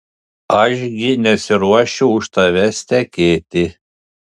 aš gi nesiruošiu už tavęs tekėti